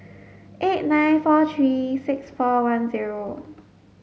eight nine four three six four one zero